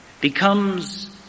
becomes